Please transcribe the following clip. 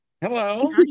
Hello